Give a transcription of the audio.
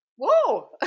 whoa